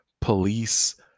police